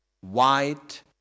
white